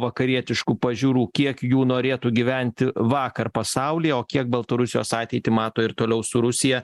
vakarietiškų pažiūrų kiek jų norėtų gyventi vakar pasauly o kiek baltarusijos ateitį mato ir toliau su rusija